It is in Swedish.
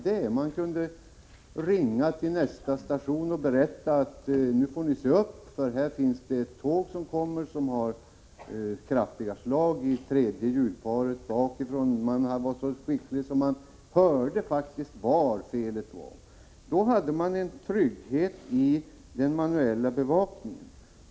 De kunde ringa till nästa station och berätta att man måste se upp, eftersom det skulle komma ett tåg med kraftiga slag i tredje hjulparet bakifrån. De var nämligen så skickliga att de faktiskt hörde var i tåget felet var beläget. Då hade vi en trygghet i den manuella bevakningen.